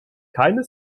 keine